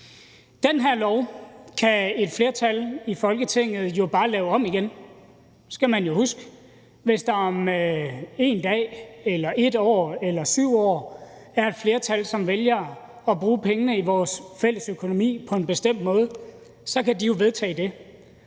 Den her lov kan et flertal i Folketinget jo bare lave om igen. Det skal man jo huske: Hvis der om 1 dag eller 1 år eller 7 år er et flertal, som vælger at bruge pengene i vores fælles økonomi på en bestemt måde, så kan de jo vedtage det.